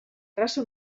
traça